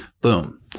Boom